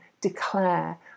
declare